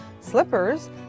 slippers